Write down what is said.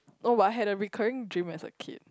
oh but I had a recurring dream as a kid